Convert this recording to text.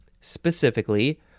specifically